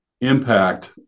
impact